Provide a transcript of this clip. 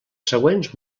següents